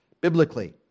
biblically